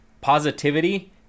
positivity